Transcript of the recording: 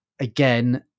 again